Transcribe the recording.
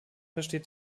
besteht